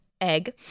egg